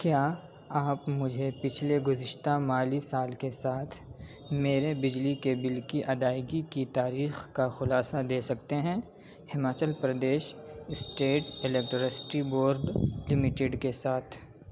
کیا آپ مجھے پچھلے گزشتہ مالی سال کے ساتھ میرے بجلی کے بل کی ادائیگی کی تاریخ کا خلاصہ دے سکتے ہیں Himachal Pradesh state electricity board limited کے ساتھ